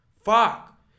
Fuck